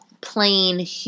plain